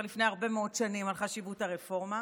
לפני הרבה מאוד שנים על חשיבות הרפורמה,